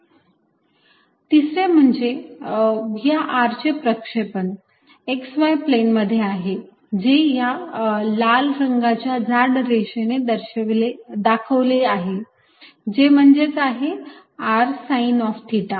cosθzrzx2y2z2 तिसरे म्हणजे या r चे प्रक्षेपण x y प्लेन मध्ये आहे जे या लाल रंगाच्या जाड रेषेने दाखवले आहे जे म्हणजेच आहे r साईन ऑफ थिटा